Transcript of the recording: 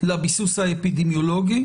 לביסוס האפידמיולוגי.